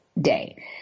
day